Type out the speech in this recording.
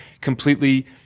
completely